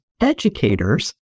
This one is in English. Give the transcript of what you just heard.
educators